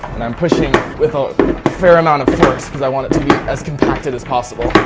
and i'm pushing with a fair amount of force because i want it to be as compacted as possible.